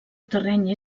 terreny